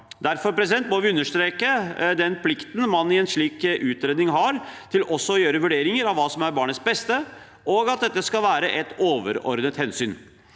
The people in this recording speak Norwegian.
Derfor må vi understreke den plikten man i en slik utredning har til også å gjøre vurderinger av hva som er barnets beste, og at dette skal være et overordnet hensyn.